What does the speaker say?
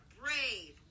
brave